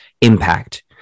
impact